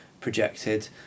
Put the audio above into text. Projected